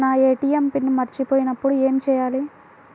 నా ATM PIN మర్చిపోయినప్పుడు ఏమి చేయాలి?